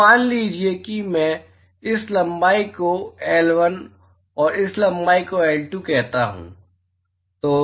तो मान लीजिए कि मैं इस लंबाई को L1 और इस लंबाई को L2 कहता हूं